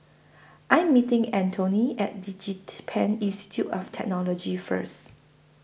I Am meeting Antone At Institute of Technology First